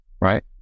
right